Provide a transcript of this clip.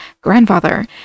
grandfather